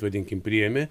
vadinkim priėmė